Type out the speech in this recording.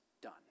done